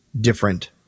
different